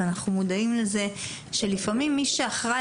ואנחנו מודעים לזה שלפעמים מי שאחראי